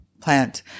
plant